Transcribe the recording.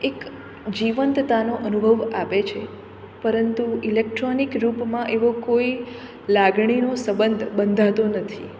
એક જીવંતતાનો અનુભવ આપે છે પરંતુ ઇલેક્ટ્રોનિક રૂપમાં એવો કોઈ લાગણીનો સબંધ બંધાતો નથી